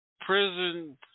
prison